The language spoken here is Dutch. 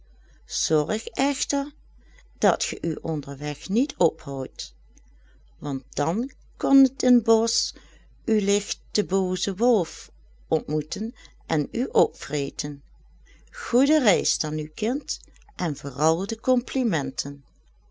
zorg echter dat ge u onder weg niet ophoudt want dan kon in t bosch u ligt de booze wolf ontmoeten en u opvreten goede reis dan nu kind en vooral de complimenten